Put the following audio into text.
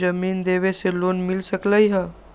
जमीन देवे से लोन मिल सकलइ ह?